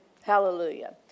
Hallelujah